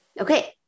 Okay